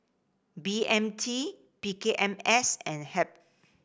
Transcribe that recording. B M T P K M S and HEB